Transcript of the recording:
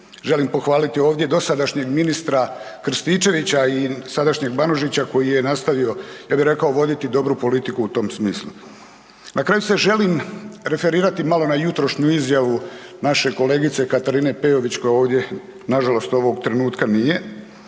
Želim pohvaliti ovdje dosadašnjeg ministra Krstičevića i sadašnjeg Banožića koji je nastavio voditi dobru politiku u tom smislu. Na kraju se želim referirati malo na jutrošnju izjavu naše kolegice Katarine Peović koja ovdje nažalost ovog trenutka nije,